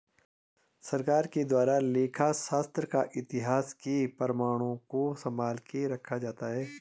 सरकार के द्वारा लेखा शास्त्र का इतिहास के प्रमाणों को सम्भाल के रखा जाता है